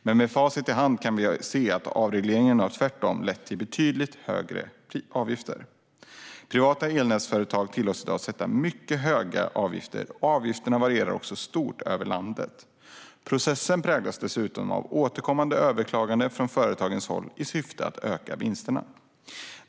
Men med facit i hand kan vi se att avregleringen tvärtom har lett till betydligt högre avgifter. Privata elnätsföretag tillåts i dag sätta mycket höga avgifter. Avgifterna varierar också stort över landet. Processen präglas dessutom av återkommande överklaganden från företagens håll i syfte att öka vinsterna.